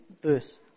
verse